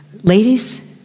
ladies